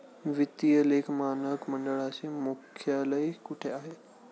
वित्तीय लेखा मानक मंडळाचे मुख्यालय कोठे आहे?